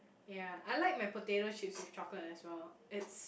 ya I like my potato chips with chocolate as well it's